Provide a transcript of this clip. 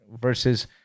versus